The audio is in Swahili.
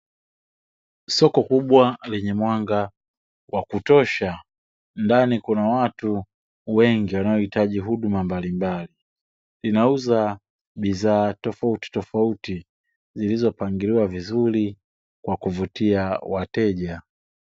Soko kubwa lenye mwanga wa kutosha ndani kuna watu wengi wanaohitaji huduma mbalimbali, linauza bidhaa tofautitofauti zilizopangiliwa vizuri kwa kuvutia wateja.